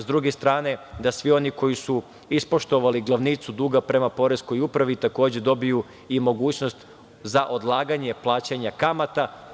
S druge strane, da svi oni koji su ispoštovali glavnicu duga prema poreskoj upravi, takođe, dobiju i mogućnost za odlaganje plaćanja kamata.